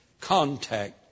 contact